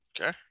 Okay